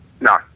No